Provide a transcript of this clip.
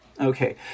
Okay